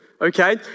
Okay